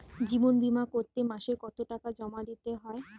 জীবন বিমা করতে মাসে কতো টাকা জমা দিতে হয়?